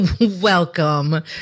welcome